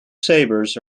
sabres